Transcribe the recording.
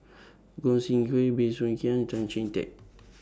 Gog Sing Hooi Bey Soo Khiang Tan Chee Teck